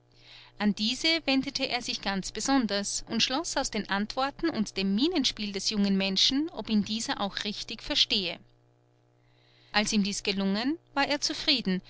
an diese wendete er sich ganz besonders und schloß aus den antworten und dem mienenspiel des jungen menschen ob ihn dieser auch richtig verstehe als ihm dies gelungen war er zufrieden